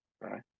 right